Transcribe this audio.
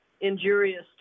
injurious